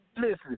Listen